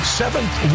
seventh